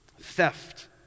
theft